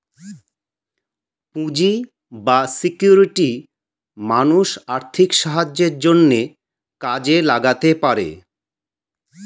পুঁজি বা সিকিউরিটি মানুষ আর্থিক সাহায্যের জন্যে কাজে লাগাতে পারে